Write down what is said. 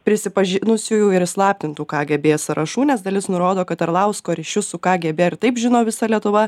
prisipažinusiųjų ir įslaptintų kgb sąrašų nes dalis nurodo kad arlausko ryšius su kgb ir taip žino visa lietuva